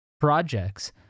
projects